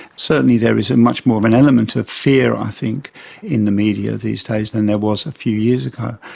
certainly there is much more of an element of fear i think in the media these days than there was a few years ago.